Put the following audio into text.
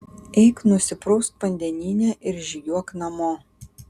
eik nusiprausk vandenyne ir žygiuok namo